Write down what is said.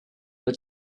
but